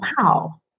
wow